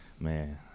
man